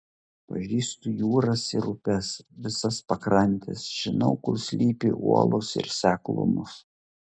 pažįstu jūras ir upes visas pakrantes žinau kur slypi uolos ir seklumos